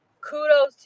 kudos